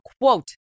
quote